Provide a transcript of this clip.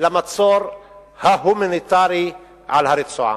על המצור ההומניטרי על הרצועה.